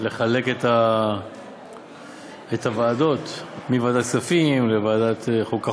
לחלק את הוועדות מוועדת הכספים לוועדת החוקה,